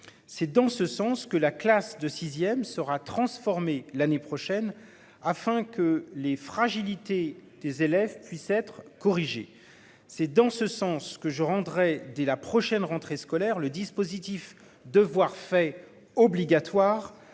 C'est dans ce sens que la classe de 6ème sera transformé l'année prochaine afin que les fragilités des élèves puissent être corrigée. C'est dans ce sens que je rendrai dès la prochaine rentrée scolaire le dispositif devoirs faits obligatoire